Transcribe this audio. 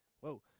Whoa